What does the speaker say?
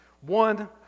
One